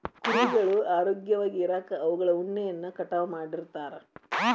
ಕುರಿಗಳು ಆರೋಗ್ಯವಾಗಿ ಇರಾಕ ಅವುಗಳ ಉಣ್ಣೆಯನ್ನ ಕಟಾವ್ ಮಾಡ್ತಿರ್ತಾರ